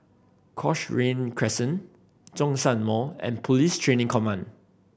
Cochrane Crescent Zhongshan Mall and Police Training Command